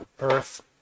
earth